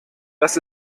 das